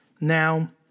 Now